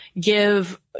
give